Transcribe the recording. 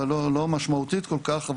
לא משמעותית כל כך.